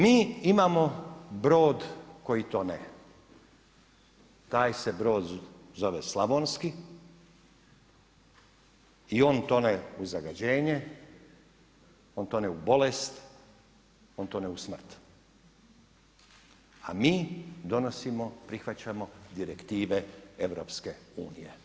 Mi imamo brod koji tone, taj se brod zove Slavonski i on tone u zagađenje, on tone u bolest, on tone u smrt a mi donosimo, prihvaćamo direktive EU.